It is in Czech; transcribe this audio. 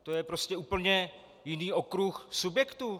To je prostě úplně jiný okruh subjektů.